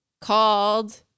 Called